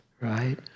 right